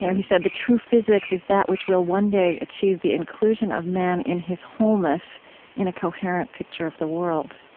yeah he said, the true physics is that which will, one day, achieve the inclusion of man in his wholeness in a coherent picture of the world.